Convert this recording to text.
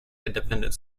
independent